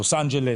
ללוס אנג'לס.